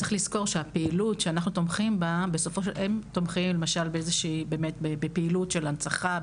הם תומכים למשל בפעילות של הנצחה,